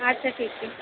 ᱟᱪᱪᱷᱟ ᱴᱷᱤᱠ ᱜᱮᱭᱟ